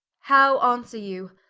how answer you.